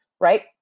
Right